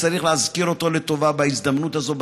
צריך להזכיר אותו לטובה בהזדמנות הזאת,